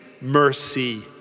mercy